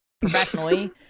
professionally